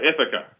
Ithaca